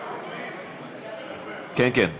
כן, כן.